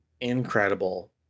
incredible